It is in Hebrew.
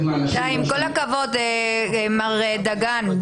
מר דגן,